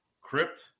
crypt